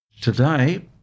Today